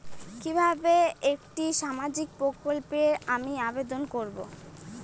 কিভাবে একটি সামাজিক প্রকল্পে আমি আবেদন করব?